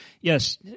Yes